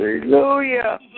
Hallelujah